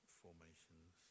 formations